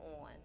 on